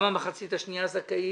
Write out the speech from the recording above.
גם המחצית השנייה זכאית,